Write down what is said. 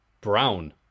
Brown